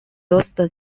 used